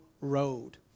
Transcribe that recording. road